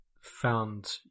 found